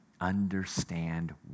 understand